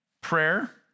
prayer